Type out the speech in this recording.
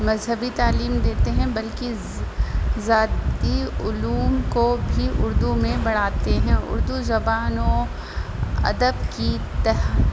مذہبی تعلیم دیتے ہیں بلکہ ذاتی علوم کو بھی اردو میں پڑھاتے ہیں اردو زبان و ادب کی تہہ